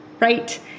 right